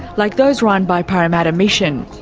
like those run by parramatta mission.